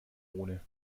ohne